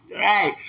Right